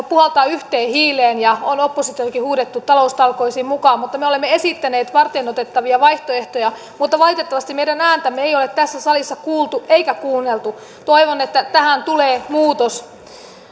puhaltaa yhteen hiileen ja on oppositiokin huudettu taloustalkoisiin mukaan me olemme esittäneet varteenotettavia vaihtoehtoja mutta valitettavasti meidän ääntämme ei ole tässä salissa kuultu eikä kuunneltu toivon että tähän tulee muutos